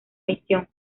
misión